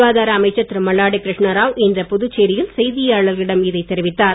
சுகாதார அமைச்சர் திரு மல்லாடி கிருஷ்ணா ராவ் இன்று புதுச்சேரியில் செய்தியாளர்களிடம் இதைத் தெரிவித்தார்